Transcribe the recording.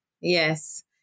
yes